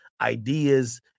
ideas